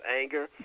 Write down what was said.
anger